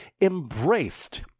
embraced